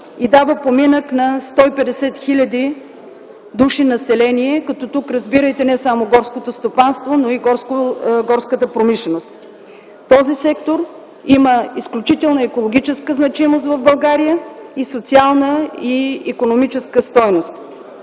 и дава поминък на 150 хил. души население, като тук разбирайте не само горското стопанство, но и горската промишленост. Този сектор има изключителна екологична значимост в България и социална, и икономическа стойност.